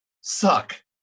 suck